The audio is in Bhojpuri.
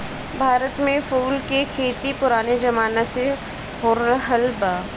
भारत में फूल के खेती पुराने जमाना से होरहल बा